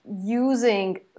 using